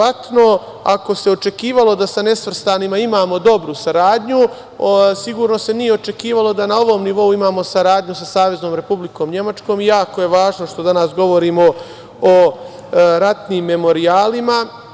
Ako se očekivalo da sa nesvrstanima imamo dobru saradnju, sigurno se nije očekivalo da na ovom nivou imamo saradnju sa Saveznom Republikom Nemačkom i jako je važno što danas govorimo o ratnim memorijalima.